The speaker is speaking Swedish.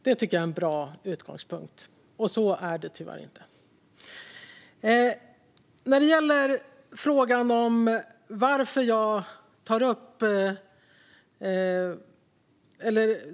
Det tycker jag är en bra utgångspunkt, men så är det tyvärr inte.